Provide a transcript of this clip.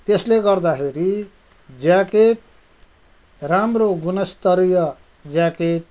त्यसले गर्दाखेरि ज्याकेट राम्रो गुणस्तरीय ज्याकेट